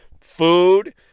food